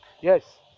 Yes